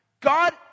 God